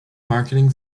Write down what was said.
marketing